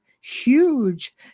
Huge